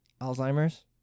Alzheimer's